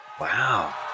Wow